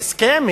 עשתה בהסכם?